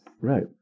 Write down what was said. Right